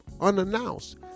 unannounced